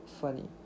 funny